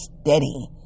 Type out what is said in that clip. steady